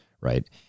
right